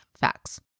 Facts